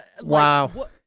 Wow